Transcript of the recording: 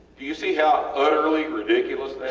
you see how utterly ridiculous that is?